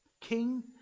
king